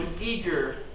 eager